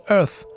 Earth